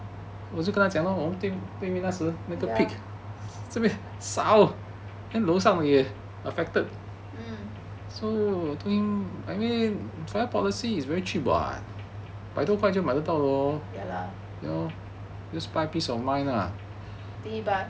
ya mm ya lah did he buy